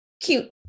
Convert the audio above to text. cute